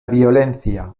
violencia